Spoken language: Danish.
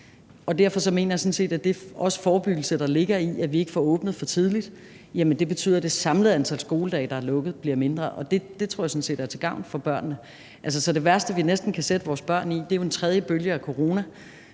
Derfor mener jeg sådan set, at den forebyggelse, der også ligger i, at vi ikke får åbnet for tidligt, betyder, at det samlede antal skoledage, hvor der er lukket, bliver mindre, og det tror jeg er til gavn for børnene. Den værste situation, vi næsten kan sætte vores børn i, er jo en tredje bølge af corona,